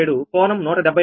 47 కోణం 175